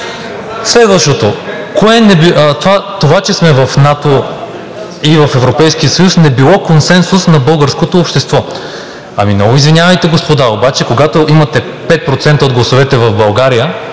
Следващото, това, че сме в НАТО и в Европейския съюз не било консенсус на българското общество. Ами много извинявайте, господа, обаче когато имате 5% от гласовете в България,